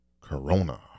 Corona